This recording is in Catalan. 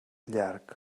llarg